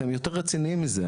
אתם יותר רציניים מזה,